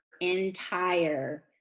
entire